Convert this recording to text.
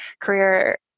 career